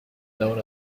known